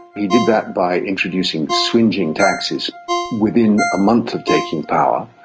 he did that by introducing swingeing taxes within a month of taking power.